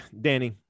Danny